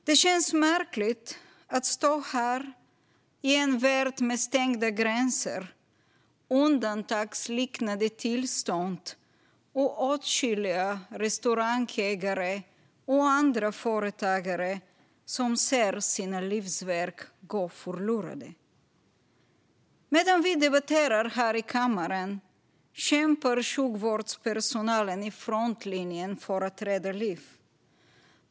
Det känns märkligt att stå här i en värld med stängda gränser, undantagsliknande tillstånd och åtskilliga restaurangägare och andra företagare som ser sina livsverk gå förlorade. Medan vi debatterar här i kammaren kämpar sjukvårdspersonalen i frontlinjen för att rädda liv.